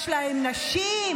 יש להם נשים,